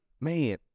man